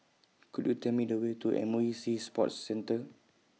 Could YOU Tell Me The Way to M O E Sea Sports Centre